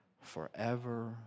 forever